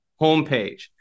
homepage